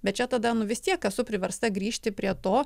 bet čia tada nu vis tiek esu priversta grįžti prie to